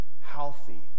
healthy